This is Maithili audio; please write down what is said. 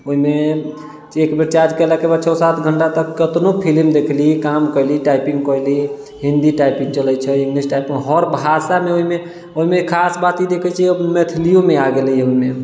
ओहिमे एक बेर चार्ज कयलाके बाद छओ सात घण्टा तक कतनो फिल्म देखली काम कयली टाइपिंग कयली हिन्दी टाइपिंग चलै छै इंगलिश टाइपो हर भाषामे ओहिमे ओहिमे खास बात ई देखै छियै कि मैथिलीयोमे आ गेलै है ओहिमे